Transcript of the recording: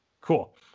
cool